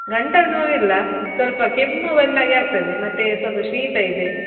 ಗಂಟಲು ನೋವು ಇಲ್ಲ ಸ್ವಲ್ಪ ಕೆಮ್ಮು ಬಂದಾಗೆ ಆಗ್ತದೆ ಮತ್ತೆ ಸ್ವಲ್ಪ ಶೀತ ಇದೆ